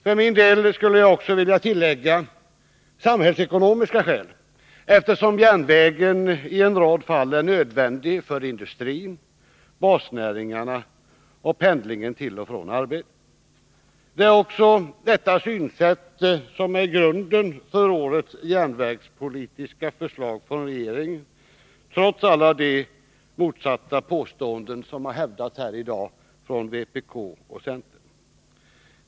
För min del skulle jag också vilja tillägga samhällsekonomiska skäl, eftersom järnvägen i en rad fall är nödvändig för industrin, basnäringarna och pendlingen till och från arbetet. Det är också detta synsätt som är grunden för årets järnvägspolitiska förslag från regeringen, trots alla de motsatta påståenden som har hävdats här i dag från vpk och centern.